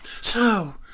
So